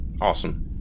awesome